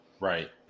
Right